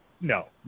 no